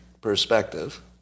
perspective